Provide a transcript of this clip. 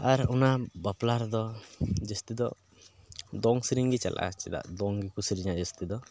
ᱟᱨ ᱚᱱᱟ ᱵᱟᱯᱞᱟ ᱨᱮᱫᱚ ᱡᱟᱹᱥᱛᱤ ᱫᱚ ᱫᱚᱝ ᱥᱮᱨᱮᱧ ᱜᱮ ᱪᱟᱞᱟᱜᱼᱟ ᱫᱚᱝ ᱜᱮᱠᱚ ᱥᱮᱨᱮᱧᱟ ᱡᱟᱹᱥᱛᱤ ᱫᱚ